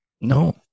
No